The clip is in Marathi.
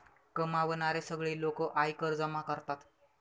कमावणारे सगळे लोक आयकर जमा करतात